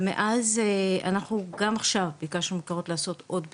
ומאז וגם עכשיו ביקשנו ממקורות לעשות עוד בדיקה,